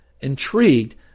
Intrigued